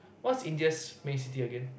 what's India's main city again